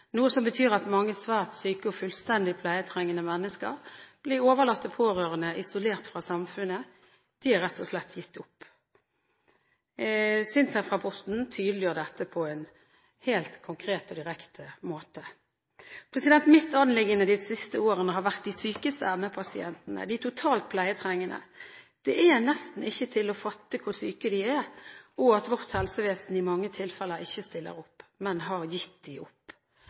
noe som betyr at mange svært syke og fullstendig pleietrengende mennesker blir overlatt til pårørende, isolert fra samfunnet. De er rett og slett gitt opp. SINTEF-rapporten tydeliggjør dette på en helt konkret og direkte måte. Mitt anliggende de siste årene har vært de sykeste ME-pasientene, de totalt pleietrengende. Det er nesten ikke til å fatte hvor syke de er og at vårt helsevesen i mange tilfeller ikke stiller opp – men har gitt dem opp. Andre ME-syke er kanskje ikke så syke, de